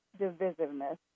divisiveness